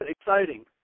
exciting